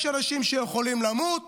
יש אנשים שיכולים למות,